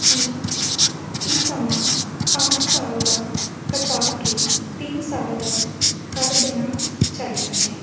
ਕਿ ਇਹ ਸਮਾਂ ਪੰਜ ਸਾਲ ਦਾ ਘਟਾ ਕੇ ਤਿੰਨ ਸਾਲ ਦਾ ਕਰ ਦੇਣਾ ਚਾਹੀਦਾ ਹੈ